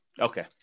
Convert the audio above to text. Okay